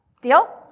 Deal